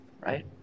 right